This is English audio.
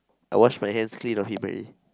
I wash my hands clean off him already